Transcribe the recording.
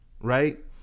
Right